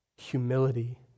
humility